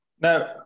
Now